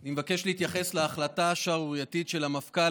אני מבקש להתייחס להחלטה השערורייתית של המפכ"ל